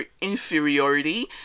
inferiority